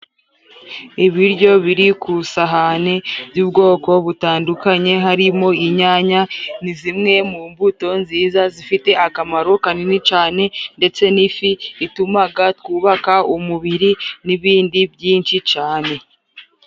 Ibiryo biri ku isahani by'ubwoko butandukanye harimo inyanya. Ni zimwe mu mbuto nziza zifite akamaro kanini cyane, ndetse n'ifi ituma twubaka umubiri n'ibindi byinshi cyane.